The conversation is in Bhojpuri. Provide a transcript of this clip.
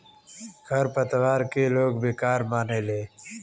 खर पतवार के लोग बेकार मानेले